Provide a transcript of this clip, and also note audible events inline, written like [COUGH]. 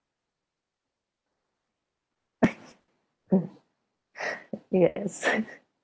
[LAUGHS] yes